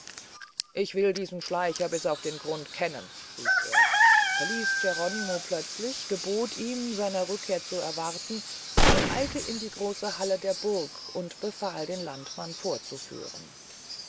ich will diesen schleicher bis auf den grund kennen rief er verließ geronimo plötzlich gebot ihm seiner rückkehr zu warten eilte in die große halle der burg und befahl den landmann vorzuführen